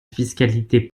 fiscalité